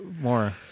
more